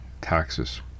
taxes